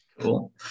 cool